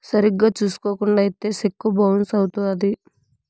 సరిగ్గా చూసుకోకుండా ఇత్తే సెక్కు బౌన్స్ అవుత్తది